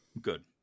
Good